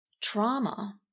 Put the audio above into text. Trauma